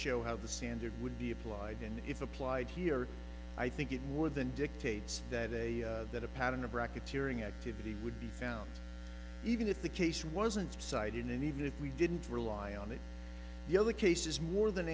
show how the standard would be applied and if applied here i think it more than dictates that a that a pattern of racketeering activity would be found even if the case wasn't cited and even if we didn't rely on the other cases more than